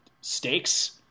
stakes